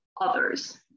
others